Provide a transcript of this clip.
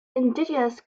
indigenous